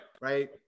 right